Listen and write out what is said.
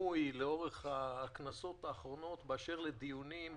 סמוי לאורך הכנסות האחרונות באשר לדיונים,